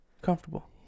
comfortable